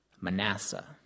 Manasseh